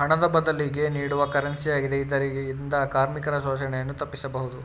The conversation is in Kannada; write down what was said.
ಹಣದ ಬದಲಿಗೆ ನೀಡುವ ಕರೆನ್ಸಿ ಆಗಿದೆ ಇದರಿಂದ ಕಾರ್ಮಿಕರ ಶೋಷಣೆಯನ್ನು ತಪ್ಪಿಸಬಹುದು